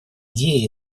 идеи